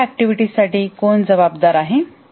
एखाद्या कार्यासाठी कोण जबाबदार आहे